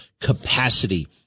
capacity